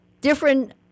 different